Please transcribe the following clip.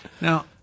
now